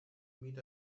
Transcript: meet